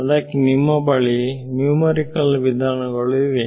ಅದಕ್ಕೆ ನಿಮ್ಮ ಬಳಿ ನ್ಯೂಮರಿಕಲ್ ವಿಧಾನಗಳು ಇವೆ